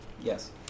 Yes